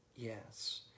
Yes